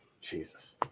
Jesus